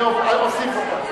אני אוסיף אותך.